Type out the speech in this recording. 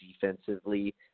defensively